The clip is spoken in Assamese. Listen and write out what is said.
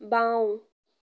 বাওঁ